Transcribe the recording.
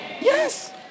Yes